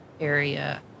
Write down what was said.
area